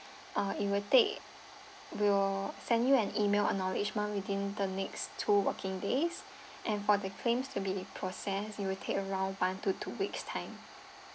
uh it will take we'll send you an email acknowledgement within the next two working days and for the claims to be process it will take around one to two weeks time